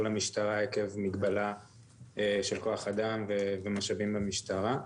למשטרה עקב מגבלה של כוח אדם ומשאבים במשטרה.